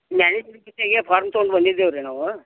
ಮ್ಯಾನೇಜ್ಮೆಂಟಿಂದ ಹೀಗೆ ಫಾರ್ಮ್ ತೊಗೊಂಬಂದಿದ್ದೇವೆ ರೀ ನಾವು